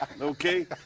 Okay